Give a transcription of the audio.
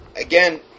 Again